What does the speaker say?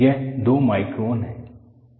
यह दो माइक्रोन है